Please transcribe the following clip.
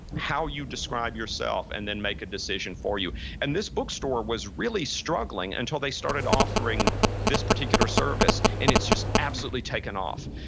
how you describe yourself, and then make a decision for you. and this bookstore was really struggling until they started offering this particular service. and it's just absolutely taken off.